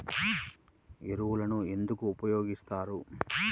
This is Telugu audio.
ఎరువులను ఎందుకు ఉపయోగిస్తారు?